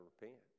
repent